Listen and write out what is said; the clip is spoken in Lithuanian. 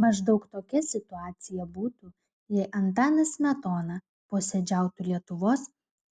maždaug tokia situacija būtų jei antanas smetona posėdžiautų lietuvos